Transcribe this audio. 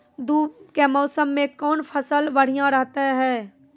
धूप के मौसम मे कौन फसल बढ़िया रहतै हैं?